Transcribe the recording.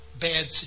bad